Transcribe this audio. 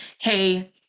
hey